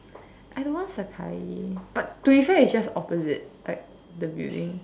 I don't want Sakae but to be fair it's just opposite like the building